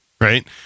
right